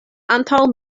antaŭ